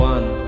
One